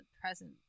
present